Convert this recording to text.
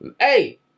hey